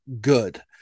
good